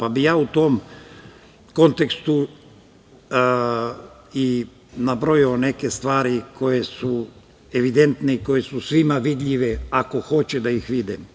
Ja bih u tom kontekstu i nabrojao neke stvari koje su evidentne i koje su svima vidljive, ako hoće da ih vide.